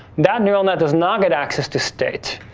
that neural net is not good access to state.